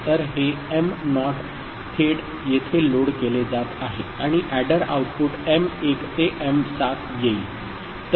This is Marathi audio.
तर हे m नॉट थेट येथे लोड केले जात आहे आणि एडर आउटपुट m 1 ते m 7 येईल